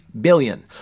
billion